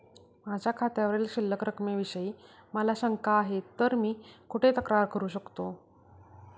माझ्या खात्यावरील शिल्लक रकमेविषयी मला शंका आहे तर मी कुठे तक्रार करू?